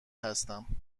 هستم